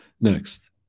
Next